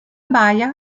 baia